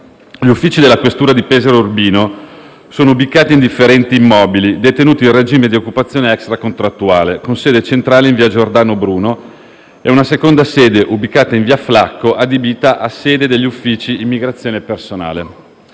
gli uffici della questura di Pesaro e Urbino sono ubicati in differenti immobili, detenuti in regime di occupazione extracontrattuale, con sede centrale in via Giordano Bruno e una seconda sede, ubicata in via Flacco, adibita a sede degli uffici immigrazione e personale.